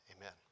Amen